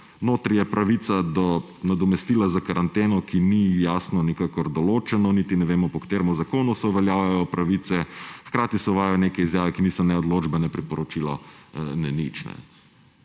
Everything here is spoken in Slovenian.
notri je pravica do nadomestila za karanteno, ki ni jasno nikakor določena, niti ne vemo, po katerem zakonu se uveljavljajo pravice, hkrati se uvaja neke izjave, ki niso ne odločbe, ne priporočilo, ne nič.